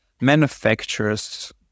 manufacturers